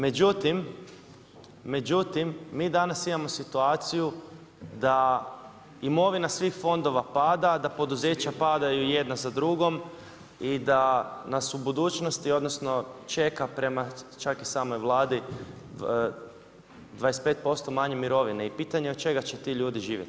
Međutim, mi danas imamo situaciju da imovina svih fondova pada, da poduzeća padaju jedna za drugom i da nas u budućnosti odnosno čeka prema čak i samoj Vladi 25% manje mirovine, i pitanje od čega će ti ljudi živjeti.